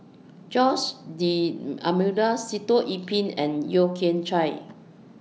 Jose D'almeida Sitoh Yih Pin and Yeo Kian Chai